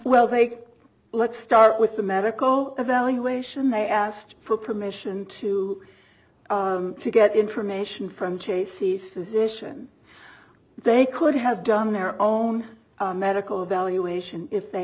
can let's start with the medical evaluation they asked for permission to get information from jaycee's physician they could have done their own medical evaluation if they